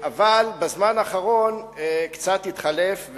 אבל בזמן האחרון קצת התחלף,